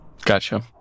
gotcha